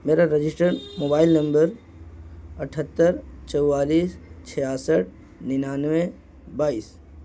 میرا registered mobile number اٹھہتر چوالیس چھیاسٹھ ننانوے بائیس